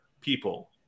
people